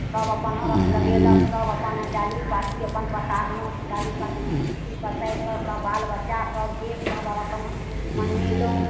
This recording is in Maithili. सब अपन अर्घ लगेलक सब अपन डाली पाती अपन पसारलहुँ डाली पाती पसारिकऽ सब बाल बच्चा सब गेल सब अर्घमे मनेलहुँ